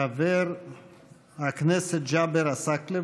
חבר הכנסת ג'אבר עסאקלה,